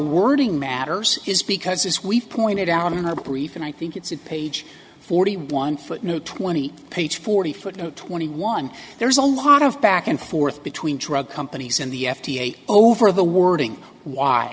wording matters is because as we've pointed out in our brief and i think it's at page forty one footnote twenty page forty footnote twenty one there is a lot of back and forth between drug companies and the f d a over the wording why